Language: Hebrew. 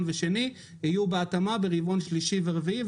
והשני תהיה בהתאמה ברבעון השלישי והרביעי.